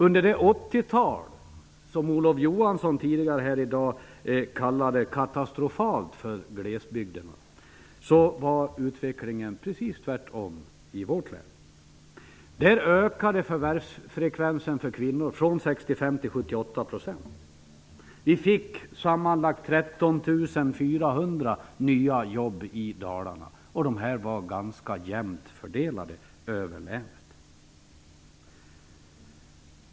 Under det 80-tal som Olof Johansson tidigare här i dag sade var katastrofalt för glesbygderna var utvecklingen precis den motsatta i vårt län. Där ökade förvärvsfrekvensen för kvinnor från 65 % till 78 %. Vi fick sammanlagt 13 400 nya jobb i Dalarna, och de var ganska jämnt fördelade över länet.